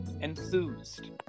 enthused